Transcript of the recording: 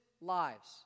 lives